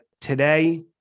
Today